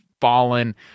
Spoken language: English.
fallen